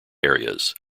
areas